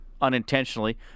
unintentionally